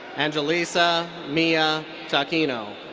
angelisa mia taquino.